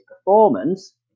performance